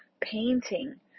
painting